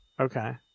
Okay